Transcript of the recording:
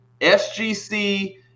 SGC